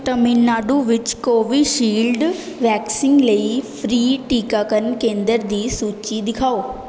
ਤਾਮਿਲਨਾਡੂ ਵਿੱਚ ਕੋਵਿਸ਼ਿਲਡ ਵੈਕਸੀਨ ਲਈ ਫ੍ਰੀ ਟੀਕਾਕਰਨ ਕੇਂਦਰ ਦੀ ਸੂਚੀ ਦਿਖਾਓ